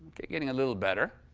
getting a little better.